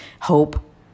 hope